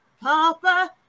Papa